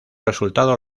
resultado